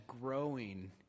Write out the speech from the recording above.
growing